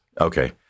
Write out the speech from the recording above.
Okay